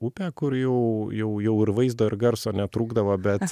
upę kur jau jau jau ir vaizdo ir garso netrūkdavo bet